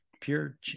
pure